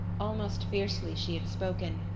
almost fiercely she had spoken,